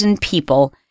people